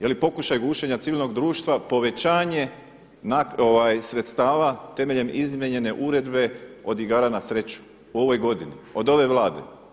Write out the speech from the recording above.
Je li pokušaj gušenja civilnog društva povećanje sredstava temeljem izmijenjene uredbe od igara na sreću u ovoj godini, od ove Vlade?